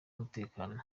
umutekano